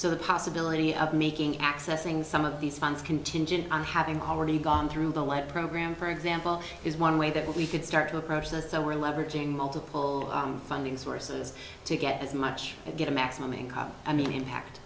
so the possibility of making accessing some of these funds contingent on having already gone through the light program for example is one way that we could start to approach that so we're leveraging multiple funding sources to get as much and get a maximum i mean impact